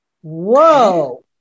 Whoa